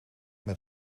met